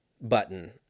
button